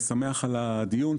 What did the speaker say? אני שמח על הדיון,